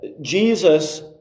Jesus